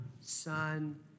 Son